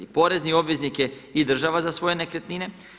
Porezni obveznik je i država za svoje nekretnine.